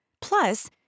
Plus